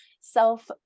self